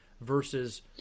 versus